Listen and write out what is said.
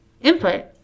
input